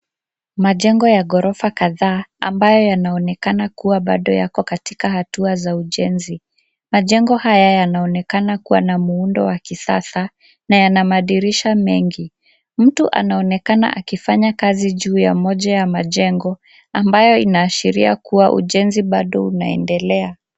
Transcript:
Majengo ya ghorofa kadhaa, ambayo yanaonekana kuwa bado yako katika hatua za ujenzi. Majengo haya yanaonekana kuwa na muundo wa kisasa na yana madirisha mengi. Mtu anaonekana akifanya kazi juu ya moja ya majengo, ambayo inaashiria kuwa bado ujenzi unaendelea.